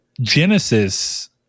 Genesis